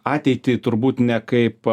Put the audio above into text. ateitį turbūt ne kaip